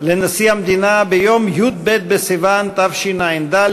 לנשיא המדינה ביום י"ב בסיוון התשע"ד,